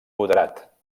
moderat